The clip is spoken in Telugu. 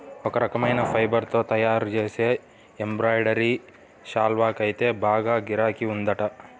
ఒక రకమైన ఫైబర్ తో తయ్యారుజేసే ఎంబ్రాయిడరీ శాల్వాకైతే బాగా గిరాకీ ఉందంట